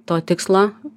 to tikslo